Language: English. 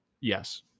Yes